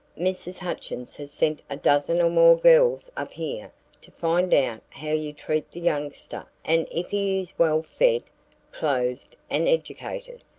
mrs. hutchins has sent a dozen or more girls up here to find out how you treat the youngster and if he is well fed, clothed and educated.